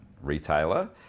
retailer